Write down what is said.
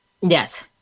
Yes